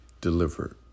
delivered